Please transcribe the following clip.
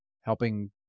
helping